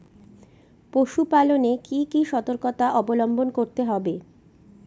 পশুপালন এ কি কি সর্তকতা অবলম্বন করতে হবে?